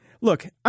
look